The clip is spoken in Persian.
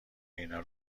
اینا